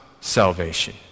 salvation